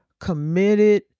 committed